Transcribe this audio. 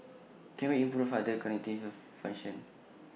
can we improve other cognitive functions